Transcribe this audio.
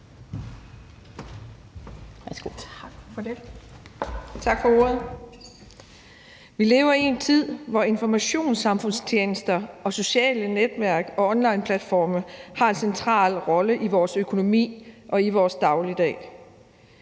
Tak for ordet. Vi lever i en tid, hvor informationssamfundstjenester, sociale netværk og onlineplatforme har en central rolle i vores økonomi og i vores dagligdag.